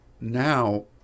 now